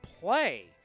play